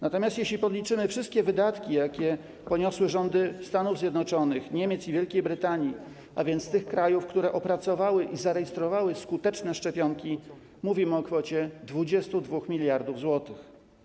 Natomiast jeśli podliczymy wszystkie wydatki, jakie poniosły rządy Stanów Zjednoczonych, Niemiec i Wielkiej Brytanii, a więc tych krajów, które opracowały i zarejestrowały skuteczne szczepionki, mówimy o kwocie 22 mld zł.